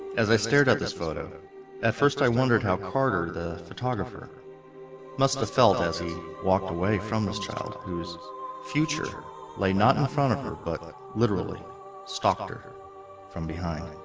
as i stared at this photo at first i wondered how carter the photographer must have felt as he walked away from his child loses future lay not in front of her, but literally stalked her from behind